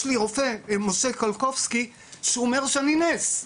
יש לי רופא, משה קוליקובסקי, שאומר שאני נס.